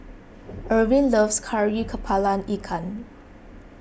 Irvin loves Kari Kepala Ikan